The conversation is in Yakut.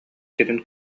сирин